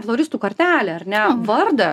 floristų kartelę ar ne vardą